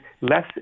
less